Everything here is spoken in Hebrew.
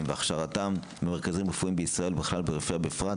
והכשרתם במרכזים רפואיים בישראל וברפואה בכלל,